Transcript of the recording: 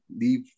leave